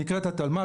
היא נקראת התלמ"ת,